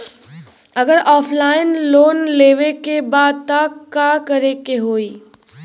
अगर offline loan लेवे के बा त का करे के होयी?